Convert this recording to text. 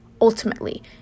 Ultimately